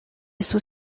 sous